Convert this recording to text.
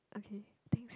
okay thanks